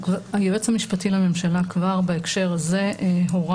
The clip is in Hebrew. היועץ המשפטי לממשלה כבר בהקשר הזה הורה